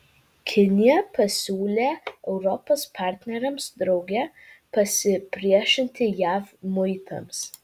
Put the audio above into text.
kinija pasiūlė europos partneriams drauge pasipriešinti jav muitams